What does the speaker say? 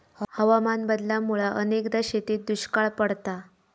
हवामान बदलामुळा अनेकदा शेतीत दुष्काळ पडता